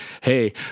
hey